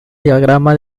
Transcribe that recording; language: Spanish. diagrama